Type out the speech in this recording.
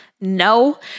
No